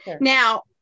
Now